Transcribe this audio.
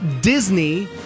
Disney